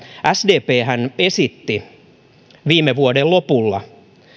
sdphän esitti viime vuoden lopulla